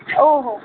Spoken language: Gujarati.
ઓહો